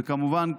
וכמובן,